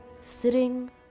sitting